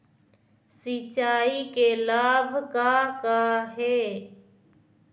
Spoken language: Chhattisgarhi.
सिचाई के लाभ का का हे?